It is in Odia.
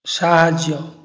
ସାହାଯ୍ୟ